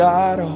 God